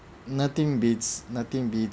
nothing beats nothing beat